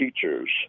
teachers